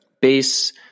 base